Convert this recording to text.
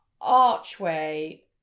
archway